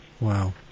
Wow